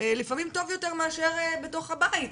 לפעמים טוב יותר מאשר בתוך הבית,